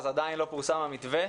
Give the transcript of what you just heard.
אז עדיין לא פורסם המתווה.